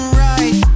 right